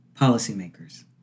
Policymakers